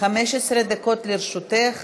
15 דקות לרשותך